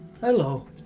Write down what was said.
Hello